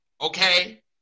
Okay